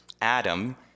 Adam